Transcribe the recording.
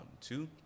Two